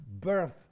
birth